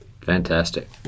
Fantastic